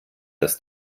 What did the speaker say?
das